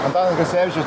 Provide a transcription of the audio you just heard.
antanas gricevičius